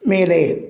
மேலே